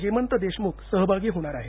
हेमंत देशमुख सहभागी होणार आहेत